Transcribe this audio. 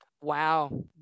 Wow